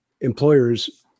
employers